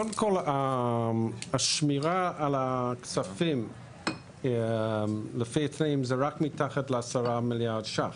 קודם כל השמירה על הכספים לפי התנאים זה רק מתחת ל-10 מיליארד שקלים?